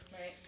Right